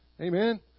Amen